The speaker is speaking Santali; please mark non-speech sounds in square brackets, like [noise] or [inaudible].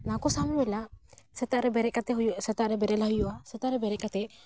ᱚᱱᱟ ᱠᱚ ᱥᱟᱵᱦᱩᱭᱱᱟ [unintelligible] ᱥᱮᱛᱟᱜ ᱨᱮ ᱵᱮᱨᱮᱜ ᱠᱟᱛᱮ ᱦᱩᱭᱩᱜ ᱥᱮᱛᱟᱜ ᱨᱮ ᱵᱮᱨᱮᱫ ᱦᱩᱭᱩᱜᱼᱟ ᱥᱮᱛᱟᱜ ᱨᱮ ᱵᱮᱨᱮᱫ ᱠᱟᱛᱮ